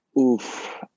Oof